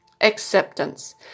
acceptance